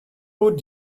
would